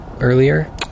earlier